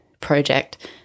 project